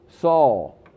Saul